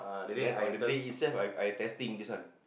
and then on the day itself I I testing this one